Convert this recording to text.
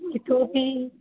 इतोपि